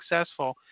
successful